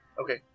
Okay